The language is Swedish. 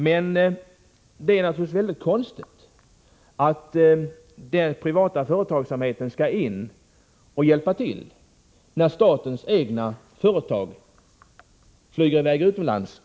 Men det är konstigt att den privata företagsamheten skall gå in och hjälpa till samtidigt som statens egna företag lägger sina order utomlands.